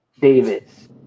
davis